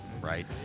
right